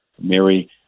Mary